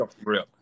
real